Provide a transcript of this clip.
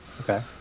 Okay